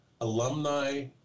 alumni